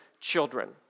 children